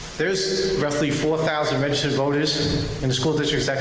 there's roughly four thousand registered voters in the school district,